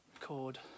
record